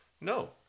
No